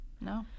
no